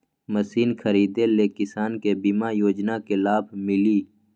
Machine खरीदे ले किसान के बीमा योजना के लाभ मिली?